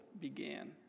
began